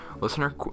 Listener